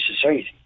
society